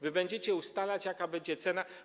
Wy będziecie ustalać, jaka będzie cena.